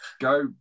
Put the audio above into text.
go